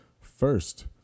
First